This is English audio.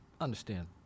understand